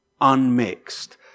unmixed